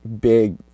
big